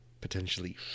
Potentially